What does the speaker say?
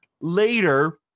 later